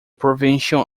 provincial